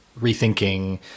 rethinking